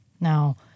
Now